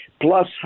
plus